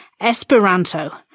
Esperanto